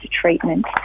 treatment